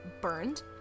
burned